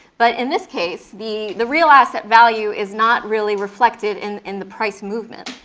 but in this case the the real asset value is not really reflected in in the price movement,